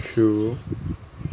true